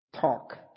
Talk